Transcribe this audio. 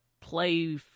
play